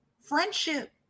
friendship